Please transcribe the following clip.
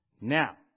Now